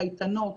קייטנות,